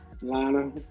Lana